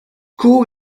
caux